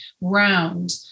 round